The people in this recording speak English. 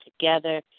together